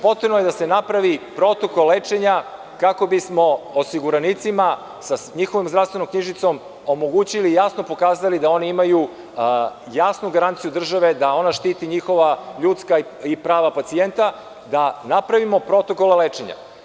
Potrebno je da se napravi protokol lečenja kako bismo osiguranicima sa njihovom zdravstvenom knjižicom omogućili i jasno pokazali da oni imaju jasnu garanciju države da ona štiti njihova ljudska i prava pacijenta, da napravimo protokol lečenja.